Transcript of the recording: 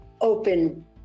open